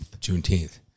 Juneteenth